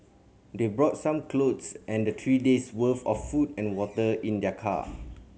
they brought some clothes and three days' worth of food and water in their car